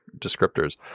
descriptors